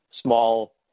small